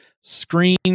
screen